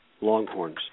Longhorns